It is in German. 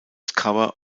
cover